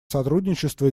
сотрудничество